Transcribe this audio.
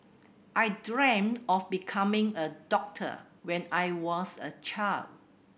I dreamt of becoming a doctor when I was a child